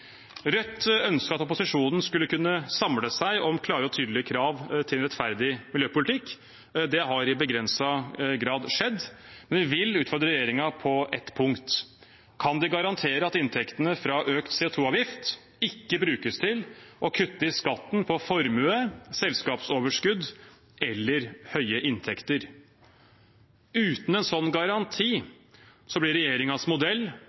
Rødt ønsket at opposisjonen skulle kunne samle seg om klare og tydelige krav til en rettferdig miljøpolitikk. Det har i begrenset grad skjedd. Men vi vil utfordre regjeringen på ett punkt: Kan de garantere at inntektene fra økt CO 2 -avgift ikke brukes til å kutte i skatten på formue, selskapsoverskudd eller høye inntekter? Uten en sånn garanti blir regjeringens modell